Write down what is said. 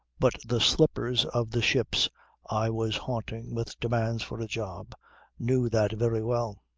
but the slippers of the ships i was haunting with demands for a job knew that very well.